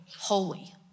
holy